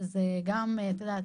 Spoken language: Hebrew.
שזה גם את יודעת,